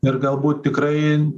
ir galbūt tikrai